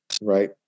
right